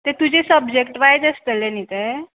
तें तुजें subject wise आसतले न्ही तें